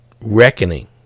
reckoning